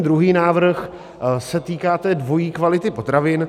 Druhý návrh se týká dvojí kvality potravin.